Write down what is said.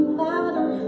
matter